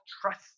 trust